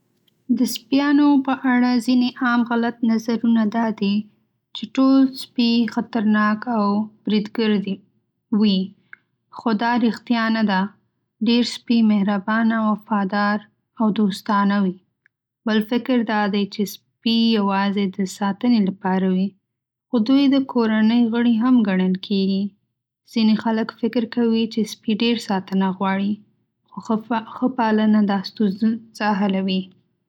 د سپيانو په اړه ځینې عام غلط نظرونه دا دي چې ټول سپي خطرناک او بریدګر وي، خو دا ریښتیا نه ده. ډېر سپي مهربانه، وفادار او دوستانه وي. بل فکر دا دی چې سپي یوازې د ساتنې لپاره وي، خو دوی د کورنۍ غړي هم ګڼل کېږي. ځینې خلک فکر کوي چې سپي ډېر ساتنه غواړي ، خو ښه پالنه دا ستونزه حلوي.